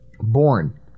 Born